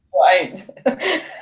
Right